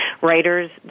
writers